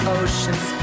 ocean's